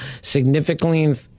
significantly